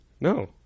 No